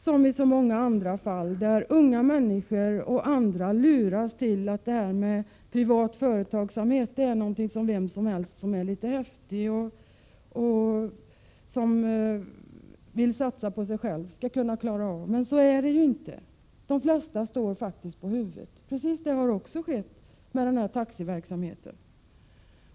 Som i så många andra fall har unga människor och andra lurats att tro att vem som helst som är litet häftig och som vill satsa på sig själv skall kunna klara en privat verksamhet. Men så är det inte — de flesta står faktiskt på huvudet. Precis så har också skett med denna nya taxiverksamhet.